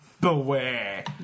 Beware